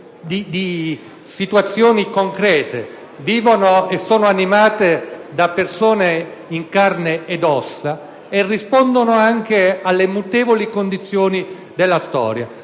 di situazioni concrete. Esse sono animate da persone in carne ed ossa e rispondono anche alle mutevoli condizioni della storia.